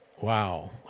wow